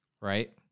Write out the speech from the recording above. right